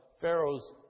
Pharaoh's